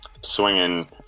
swinging